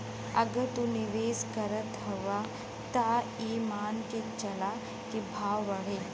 अगर तू निवेस करत हउआ त ई मान के चला की भाव बढ़ी